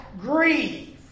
grieve